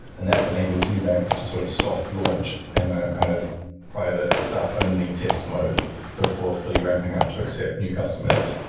and that enables new banks to sort of soft launch in a kind of private stuff only test mode before fully ramping up to accept new customers,